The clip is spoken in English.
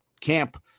camp